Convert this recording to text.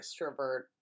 Extrovert